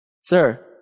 Sir